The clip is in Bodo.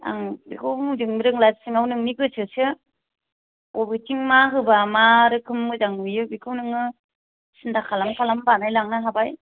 आं बेखौ बुंजोबनो रोंला सिङाव नोंनि गोसोसो बबेथिं मा होबा मा रोखोम मोजां नुयो बेखौ नोङो सिनथा खालाम खालाम बानायलांनो हाबाय